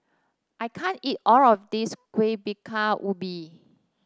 I can't eat all of this Kuih Bingka Ubi